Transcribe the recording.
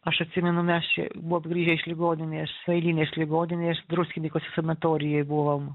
aš atsimenu mes čia buvom grįžę iš ligoninės eilinės ligoninės druskininkuose sanatorijoj buvom